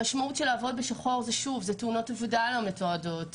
המשמעות של לעבוד בשחור זה תאונות עבודה לא מתועדות,